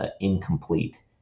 incomplete